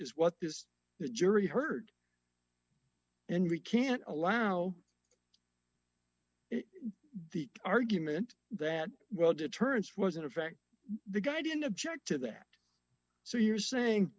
is what this jury heard and we can't allow the argument that well deterrence was in effect the guy didn't object to that so you're saying